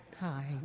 Hi